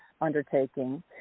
undertaking